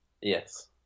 Yes